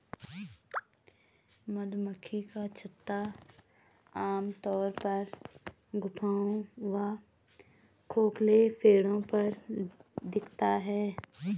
मधुमक्खी का छत्ता आमतौर पर गुफाओं व खोखले पेड़ों पर दिखता है